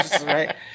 right